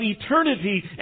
eternity